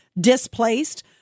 displaced